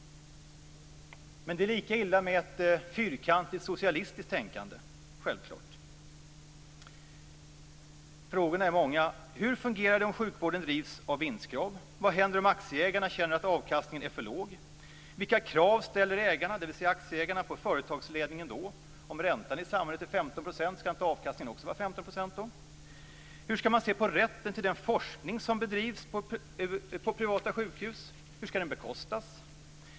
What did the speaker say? Men det är lika illa med ett fyrkantigt socialistiskt tänkande, självklart. Frågorna är många. Hur fungerar det om sjukvården drivs av vinstkrav? Vad händer om aktieägarna känner att avkastningen är för låg? Vilka krav ställer ägarna, dvs. aktieägarna, på företagsledningen då? Om räntan i samhället är 15 %, ska inte avkastningen också vara 15 % då? Hur ska man se på rätten till den forskning som bedrivs på privata sjukhus? Hur ska den bekostas?